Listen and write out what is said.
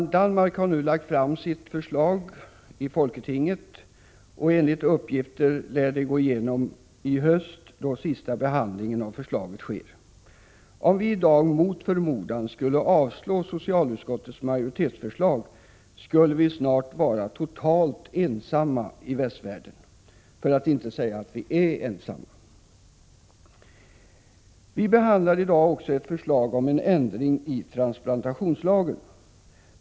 Danmark har nu lagt fram sitt förslag. Enligt uppgifter lär det gå igenom i folketinget i höst, då sista behandlingen av förslaget sker. Om vi i dag mot förmodan skulle avslå socialutskottets majoritetsförslag skulle vi snart vara totalt ensamma i västvärlden. Vi behandlar i dag också ett förslag om en ändring i transplantationslagen.